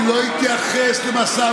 כמובן,